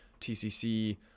TCC